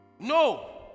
No